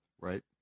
Right